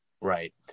right